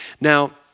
Now